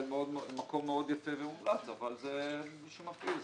זה מקום מאוד יפה ומומלץ אבל מי שמכיר,